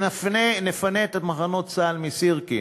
וכשנפנה את מחנות צה"ל מסירקין,